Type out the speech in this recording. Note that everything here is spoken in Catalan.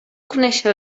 conéixer